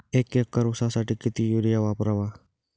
एक एकर ऊसासाठी किती युरिया वापरावा?